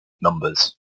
numbers